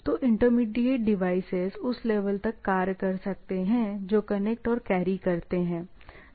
तो intermediate devices उस level तक कार्य कर सकते हैं जो कनेक्ट और कैरी करते हैं